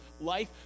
life